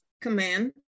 command